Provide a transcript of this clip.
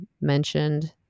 mentioned